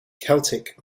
celtic